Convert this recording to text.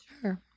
sure